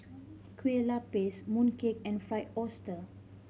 Kueh Lapis mooncake and Fried Oyster